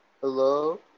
hello